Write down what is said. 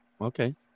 Okay